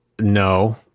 No